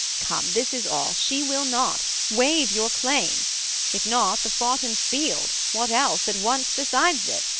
come, this is all she will not waive your claim if not, the foughten field, what else, at once decides it,